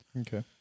Okay